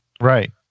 Right